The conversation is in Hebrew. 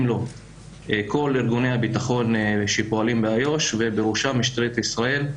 לו כל ארגוני הבטחון שפועלים באיו"ש ובראשם משטרת ישראל,